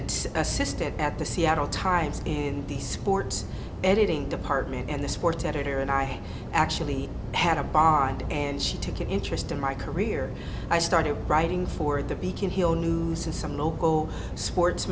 assisted at the seattle times in the sports editing department and the sports editor and i actually had a bar and she took an interest in my career i started writing for the beacon hill news and some local sports